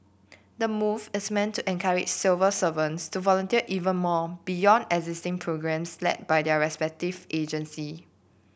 the move is meant to encourage civil servants to volunteer even more beyond existing programmes led by their respective agencies